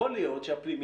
יכול להיות שבפנימיות,